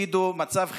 ותגידו: מצב חירום.